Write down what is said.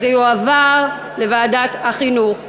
זה יועבר לוועדת החינוך.